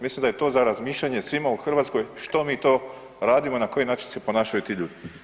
Mislim da je to za razmišljanje svima u Hrvatskoj što mi to radimo i na koji način se ponašaju ti ljudi.